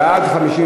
בעד,